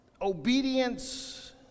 Obedience